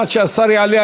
עד שהשר יעלה,